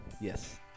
Yes